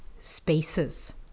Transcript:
spaces